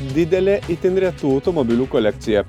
didelė itin retų automobilių kolekcija